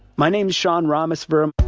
my name is sean ramos firm.